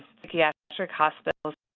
psychiatric hospitals,